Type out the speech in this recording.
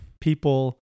People